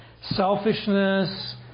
selfishness